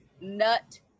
nut